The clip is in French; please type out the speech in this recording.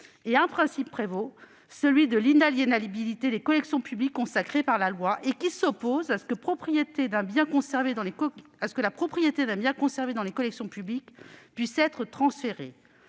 un principe prévaut : celui de l'inaliénabilité des collections publiques, consacré par la loi et s'opposant à ce que la propriété d'un bien conservé dans les collections publiques puisse être transférée.